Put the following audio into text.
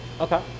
Okay